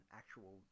actual